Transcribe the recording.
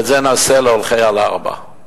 ואת זה נעשה להולכי על ארבע.